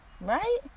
Right